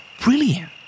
brilliant